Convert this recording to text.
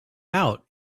out